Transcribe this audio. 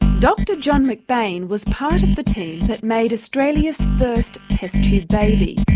dr john mcbain was part of the team that made australia's first test-tube baby,